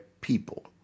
people